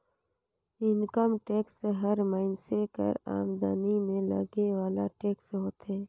income tax हर मइनसे कर आमदनी में लगे वाला टेक्स होथे